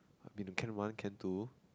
been to can one can two